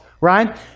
right